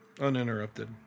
uninterrupted